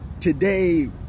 today